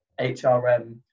HRM